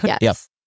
Yes